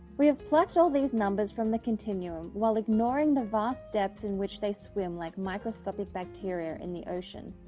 we have plucked all these numbers from the continuum while ignoring the vast depth in which they swim like microscopic bacteria in the ocean.